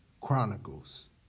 Chronicles